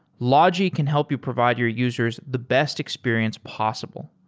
logi can help you provide your users the best experience possible.